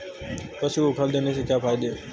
पशु को खल देने से क्या फायदे हैं?